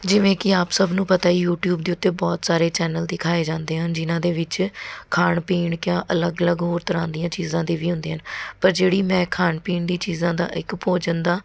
ਜਿਵੇਂ ਕਿ ਆਪ ਸਭ ਨੂੰ ਪਤਾ ਹੀ ਯੂਟਿਊਬ ਦੇ ਉੱਤੇ ਬਹੁਤ ਸਾਰੇ ਚੈਨਲ ਦਿਖਾਏ ਜਾਂਦੇ ਹਨ ਜਿਨ੍ਹਾਂ ਦੇ ਵਿੱਚ ਖਾਣ ਪੀਣ ਕਿਆਂ ਅਲੱਗ ਅਲੱਗ ਹੋਰ ਤਰ੍ਹਾਂ ਦੀਆਂ ਚੀਜ਼ਾਂ ਦੀ ਵੀ ਹੁੰਦੀਆਂ ਪਰ ਜਿਹੜੀ ਮੈਂ ਖਾਣ ਪੀਣ ਦੀ ਚੀਜ਼ਾਂ ਦਾ ਇੱਕ ਭੋਜਨ ਦਾ